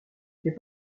fait